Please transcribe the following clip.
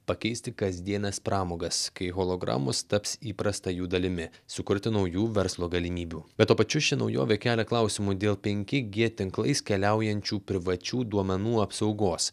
pakeisti kasdienes pramogas kai hologramos taps įprasta jų dalimi sukurti naujų verslo galimybių bet tuo pačiu ši naujovė kelia klausimų dėl penki g tinklais keliaujančių privačių duomenų apsaugos